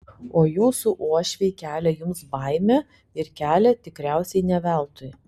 o jūsų uošviai kelia jums baimę ir kelia tikriausiai ne veltui